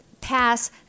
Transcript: pass